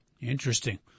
Interesting